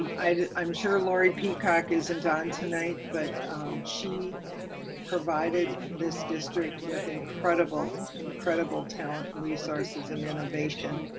um i'm sure lori peacock isn't on tonight, but she provided this district with incredible, incredible talent, resources, and innovation,